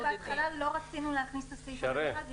בהתחלה לא רצינו להכניס את הסעיף הזה.